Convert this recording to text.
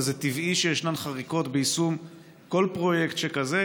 וזה טבעי שיש חריקות ביישום כל פרויקט שכזה,